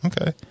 Okay